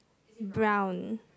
brown